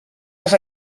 les